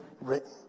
written